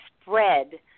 spread